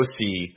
see –